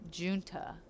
Junta